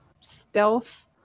stealth